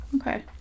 okay